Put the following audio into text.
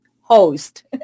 host